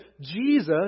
Jesus